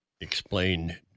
explain